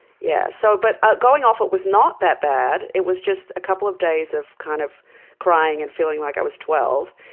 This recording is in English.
yeah so but going off it was not that bad. it was just a couple of days of kind of crying and feeling like i was twelve.